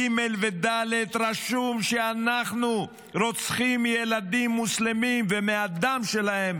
ג' וד' רשום שאנחנו רוצחים ילדים מוסלמים ומהדם שלהם